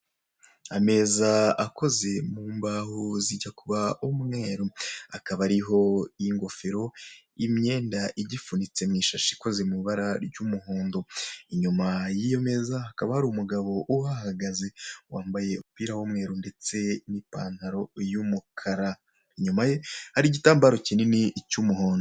Ameza akoze mu mbaho zijya kuba umweru, hakaba hariho ingofero imyenda igifunitse mu ishashi ikoze mu ibara ry'umuhondo, inyuma y'iyo meza hakaba hari umugabo uhahagaze wambaye umupira w'umweru ndetse n'ipantaro y'umukara, inyuma ye hari igitambaro kinini cy'umuhondo.